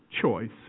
choice